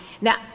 Now